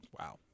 Wow